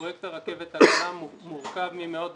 פרויקט הרכבת הקלה מורכב ממאות דיסציפלינות.